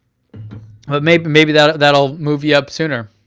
but maybe maybe that'll that'll move you up sooner.